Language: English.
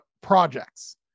projects